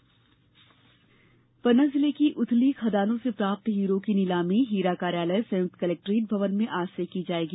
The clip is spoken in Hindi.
पन्ना नीलामी पन्ना जिले की उथली खदानों से प्राप्त हीरों की नीलामी हीरा कार्यालय संयुक्त कलेक्ट्रेट भवन में आज से की जायेगी